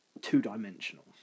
two-dimensional